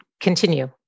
continue